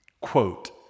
Quote